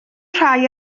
rhai